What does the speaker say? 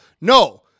No